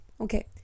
Okay